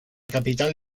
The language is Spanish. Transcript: capital